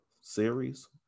series